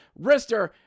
Rister